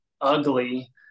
ugly